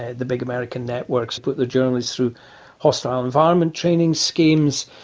the big american networks put their journalists through hostile environment training schemes,